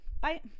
Bye